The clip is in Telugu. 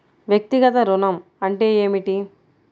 వ్యక్తిగత ఋణం అంటే ఏమిటి?